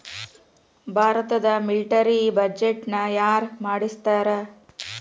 ಭಾರತದ ಮಿಲಿಟರಿ ಬಜೆಟ್ನ ಯಾರ ಮಂಡಿಸ್ತಾರಾ